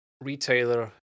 retailer